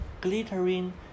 glittering